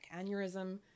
aneurysm